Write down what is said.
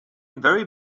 very